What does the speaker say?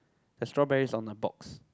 the strawberry is on a box